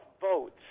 votes